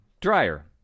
dryer